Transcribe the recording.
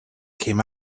came